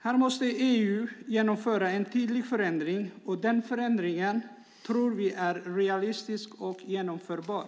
Här måste EU genomföra en tydlig förändring, och denna förändring tror vi är realistisk och genomförbar.